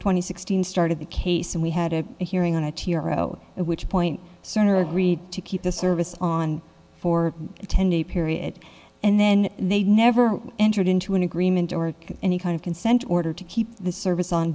twenty sixth started the case and we had a hearing on a tear out at which point center agreed to keep the service on for a ten day period and then they never entered into an agreement or any kind of consent order to keep the service on